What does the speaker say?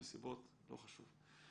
מסיבות לא חשוב.